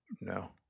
No